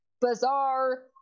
bizarre